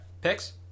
Picks